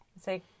Say